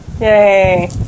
Yay